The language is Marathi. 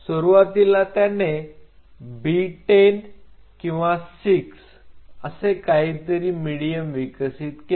सुरुवातीला त्याने B10 किंवा 6 असे काहीतरी मिडीयम विकसित केले